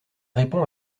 répond